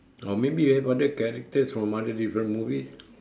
or maybe you have other characters from other different movie